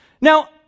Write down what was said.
Now